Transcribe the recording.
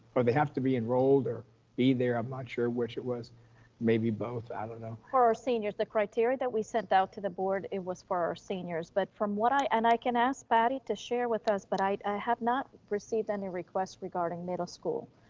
or they have to be enrolled or be there, i'm not sure which it was maybe both, i don't know. for our seniors, the criteria that we sent out to the board, it was for our seniors, but from what i, and i can ask patty to share with us, but i have not received any requests regarding middle school,